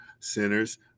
sinners